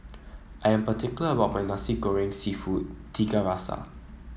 I am particular about my Nasi Goreng seafood Tiga Rasa